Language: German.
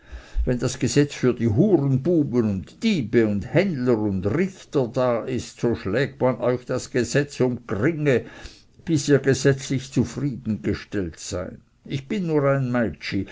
wenn das gesetz für die hurenbuben und diebe und händler und richter da ist so schlägt man euch das gesetz um dgringe bis ihr gesetzlich zufriedengestellt seid ich bin nur ein